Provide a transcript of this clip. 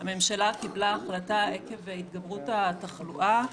הממשלה קיבלה החלטה עקב ההתגברות התחלואה,